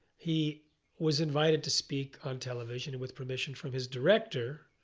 he was invited to speak on television with permission from his director,